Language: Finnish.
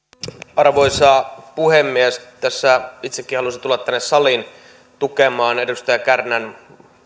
arvoisa puhemies itsekin halusin tulla tänne saliin tukemaan edustaja kärnän